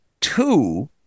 two